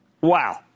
wow